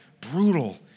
brutal